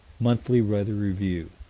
monthly weather review,